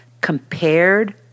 compared